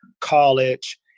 college